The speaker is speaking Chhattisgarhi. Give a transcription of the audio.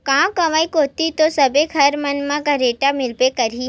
गाँव गंवई कोती तो सबे घर मन म खरेटा मिलबे करही